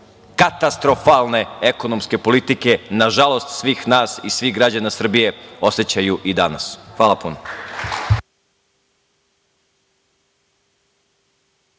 katastrofalne ekonomske politike, na žalost svih nas i svih građana Srbije osećaju i danas. Hvala puno.